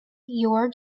your